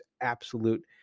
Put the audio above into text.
absolute